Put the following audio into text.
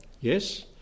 Yes